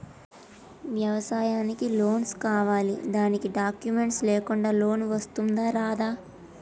వ్యవసాయానికి లోన్స్ కావాలి దానికి డాక్యుమెంట్స్ లేకుండా లోన్ వస్తుందా రాదా?